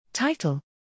title